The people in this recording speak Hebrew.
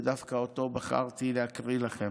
ודווקא אותו בחרתי להקריא לכם.